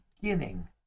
beginning